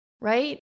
right